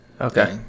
Okay